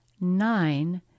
nine